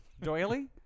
Doily